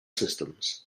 systems